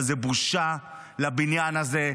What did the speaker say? אבל זאת בושה לבניין הזה,